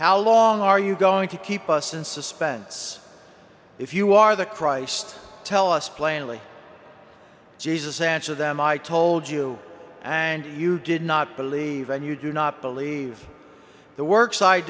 how long are you going to keep us in suspense if you are the christ tell us plainly jesus answered them i told you and you did not believe and you do not believe the work si